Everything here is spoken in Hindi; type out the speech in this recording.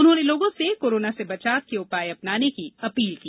उन्होंने लोगों से कोरोना से बचाव के उपाय अपनाने की अपील की